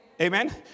Amen